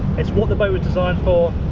it's what the boat was designed for,